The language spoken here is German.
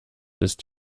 ist